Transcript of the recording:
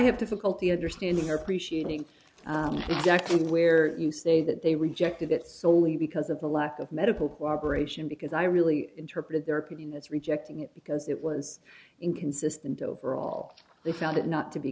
have difficulty understanding or appreciating the second where you say that they rejected it solely because of the lack of medical cooperation because i really interpreted their opinion that's rejecting it because it was inconsistent overall they found it not to be